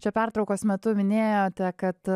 čia pertraukos metu minėjote kad